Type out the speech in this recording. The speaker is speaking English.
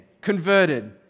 converted